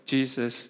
Jesus